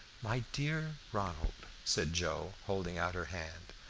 my dear ronald, said joe, holding out her hand,